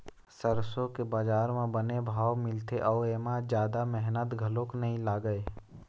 सरसो के बजार म बने भाव मिलथे अउ एमा जादा मेहनत घलोक नइ लागय